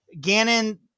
Gannon